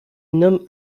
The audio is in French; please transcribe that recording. nomme